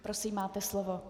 Prosím, máte slovo.